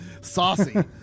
saucy